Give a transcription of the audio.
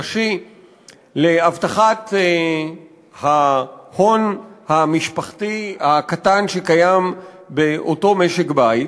ראשי להבטחת ההון המשפחתי הקטן שיש באותו משק בית,